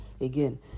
again